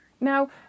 Now